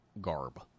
garb